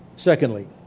Secondly